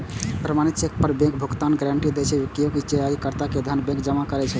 प्रमाणित चेक पर बैंक भुगतानक गारंटी दै छै, कियैकि जारीकर्ता के धन बैंक मे जमा रहै छै